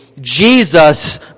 Jesus